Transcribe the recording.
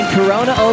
Corona